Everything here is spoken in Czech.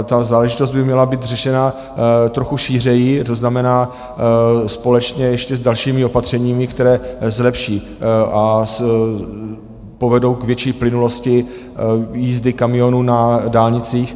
Ta záležitost by měla být řešena trochu šířeji, to znamená společně ještě s dalšími opatřeními, která zlepší a povedou k větší plynulosti jízdy kamionů na dálnicích.